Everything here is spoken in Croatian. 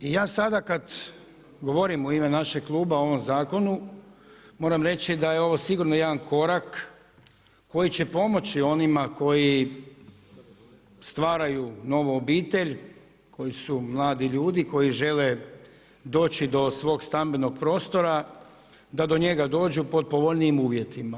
I ja sada kada govorim u ime našeg kluba o ovom zakonu moram reći da je ovo sigurno jedan korak koji će pomoći onima koji stvaraju novu obitelj, koji su mladi ljudi, koji žele doći do svog stambenog prostora da do njega dođu pod povoljnijim uvjetima.